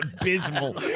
abysmal